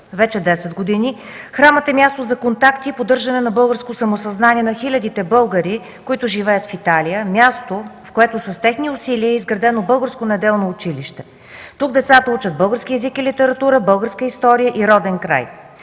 Вече десет години храмът е място за контакти и поддържане на българско самосъзнание на хилядите българи, които живеят в Италия, място, в което с техни усилия е изградено българско неделно училище. Тук децата учат български език и литература, българска история и роден край.